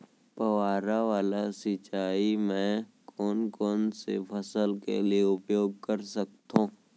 फवारा वाला सिंचाई मैं कोन कोन से फसल के लिए उपयोग कर सकथो?